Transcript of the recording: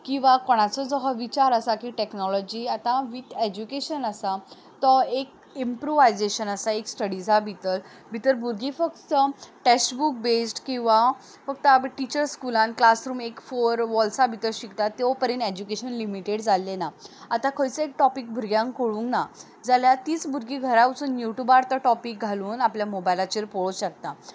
किंवां कोणाचो जो हो विचार आसा की टॅक्नोलॉजी आतां वीथ एज्युकेशन आसा तो एक इमप्रूवायजेशन आसा एक स्टडिजा भितर भितर भुरगीं फक्त टेक्स्ट बूक बेज्ड किंवां फक्त आपूण टिचर स्कुलान क्लास रूम एक फोर वॉल्सा भितर शिकता त्यो परीन एज्युकेशन लिमीटेड जाल्लें ना आतां खंयचो एक टॉपीक भुरग्यां कळूंक ना जाल्या तींच भुरगीं घरा वसून यूट्युबार तो टॉपीक घालून आपल्या मोबायलाचेर पळो शकता